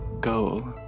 goal